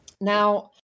Now